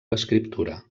l’escriptura